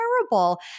terrible